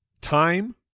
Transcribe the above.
Time